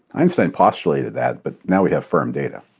einstein postulated that, but now we have firm data.